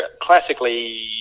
Classically